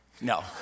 No